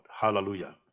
Hallelujah